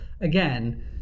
again